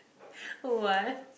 what~